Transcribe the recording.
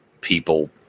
people